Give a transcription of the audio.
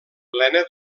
plena